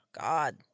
God